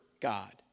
God